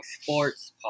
Sports